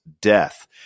death